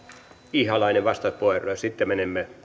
ihalainen vastauspuheenvuoro ja sitten menemme